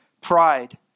Pride